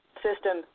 system